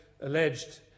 alleged